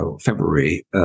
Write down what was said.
February